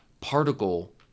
particle